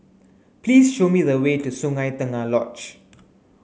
please show me the way to Sungei Tengah Lodge